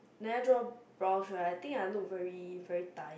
may I draw brows first I think I look very very tired